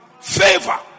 favor